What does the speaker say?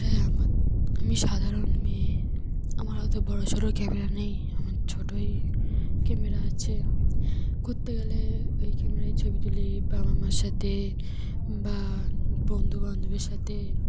হ্যাঁ আমার আমি সাধারণ মেয়ে আমার হয়তো বড়ো সোড়ো ক্যামেরা নেই আমার ছোটোই ক্যামেরা আছে ঘুরতে গেলে ওই ক্যামেরায় ছবি তুলে বাবা মার সাথে বা বন্ধুবান্ধবের সাথে